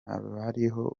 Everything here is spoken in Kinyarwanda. abariho